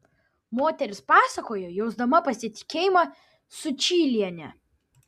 moteris pasakojo jausdama pasitikėjimą sučyliene